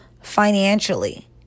financially